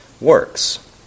works